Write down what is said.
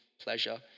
pleasure